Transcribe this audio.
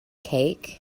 cake